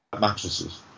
mattresses